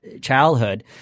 childhood